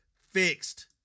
fixed